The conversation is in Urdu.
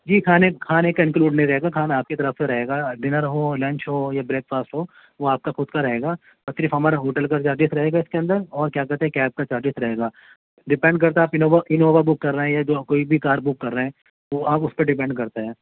جی کھانے کھانے کا انکلیوڈ نہیں رہے گا کھانا آپ کی طرف سے رہے گا ڈنر ہو لنچ ہو یا پریک فاسٹ ہو وہ آپ کا خود کا رہے گا اور صرف ہمارا ہوٹل کا چارجز رہے گا اس کے اندر اور کیا کہتے ہیں کیب کا چارجز رہے گا ڈیپینڈ کرتا ہے آپ انووا انووا بک کر رہے ہیں یا جو کوئی بھی کار بک کر رہے ہیں وہ آپ اس پہ ڈیپینڈ کرتا ہے